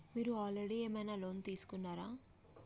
మీరు ఆల్రెడీ ఏమైనా లోన్ తీసుకున్నారా?